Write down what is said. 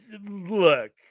look